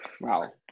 Wow